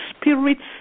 spirits